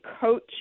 coach